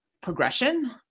progression